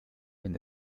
wenn